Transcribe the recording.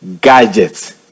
gadgets